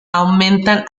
aumentan